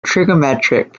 trigonometric